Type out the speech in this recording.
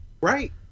Right